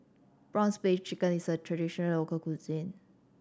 prawn paste chicken is a traditional local cuisine